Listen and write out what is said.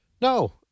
No